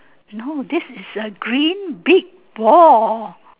no this is a green big ball